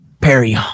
Perry